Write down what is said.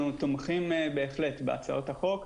אנחנו תומכים בהחלט בהצעות החוק.